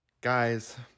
Guys